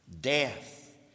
Death